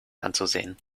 anzusehen